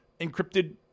encrypted